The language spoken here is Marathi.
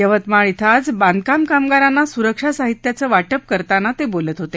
यवतमाळ इथं आज बांधकाम कामगारांना स्रक्षा साहित्याचं वाटप करतांना ते बोलत होते